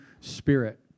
spirit